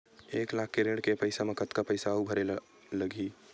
एक लाख के ऋण के पईसा म कतका पईसा आऊ भरे ला लगही?